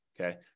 Okay